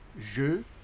Je